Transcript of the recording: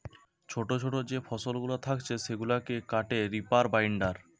ছোটো ছোটো যে ফসলগুলা থাকছে সেগুলাকে কাটে রিপার বাইন্ডার